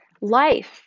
life